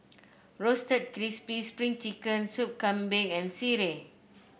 Roasted Crispy Spring Chicken Sup Kambing and sireh